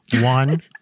one